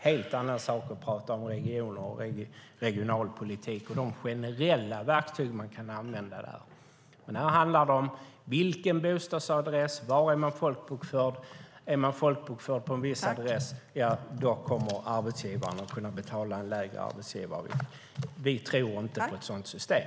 Regioner och regionalpolitik är en helt annan sak, liksom de generella verktyg man kan använda där. Men här handlar det om bostadsadress, var man är folkbokförd. Är man folkbokförd på en viss adress kommer arbetsgivaren att kunna betala en lägre arbetsgivaravgift. Vi tror inte på ett sådant system.